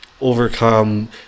overcome